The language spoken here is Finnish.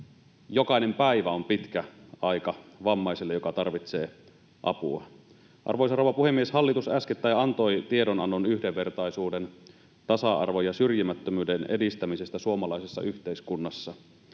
jokainen päivä on pitkä aika vammaiselle, joka tarvitsee apua. Arvoisa rouva puhemies! Hallitus äskettäin antoi tiedonannon yhdenvertaisuuden, tasa-arvon ja syrjimättömyyden edistämisestä suomalaisessa yhteiskunnassa.